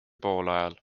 poolajal